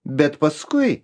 bet paskui